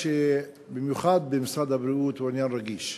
במיוחד במשרד הבריאות, הוא עניין רגיש.